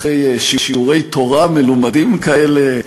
אחרי שיעורי תורה מלומדים כאלה,